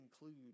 include